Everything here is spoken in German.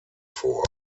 vor